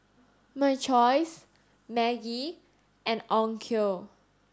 My Choice Maggi and Onkyo